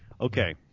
Okay